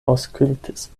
aŭskultis